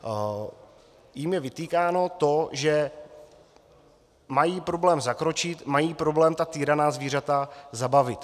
Je jim vytýkáno, že mají problém zakročit, mají problém týraná zvířata zabavit.